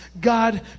God